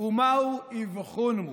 ומהו אבחון מוכר.